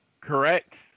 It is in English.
Correct